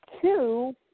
two